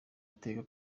iteka